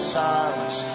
silence